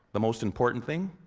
the most important thing?